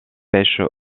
pêche